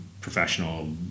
professional